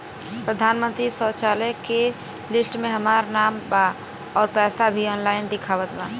प्रधानमंत्री शौचालय के लिस्ट में हमार नाम बा अउर पैसा भी ऑनलाइन दिखावत बा